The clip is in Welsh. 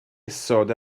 isod